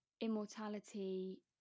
immortality